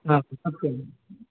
आं सत्यं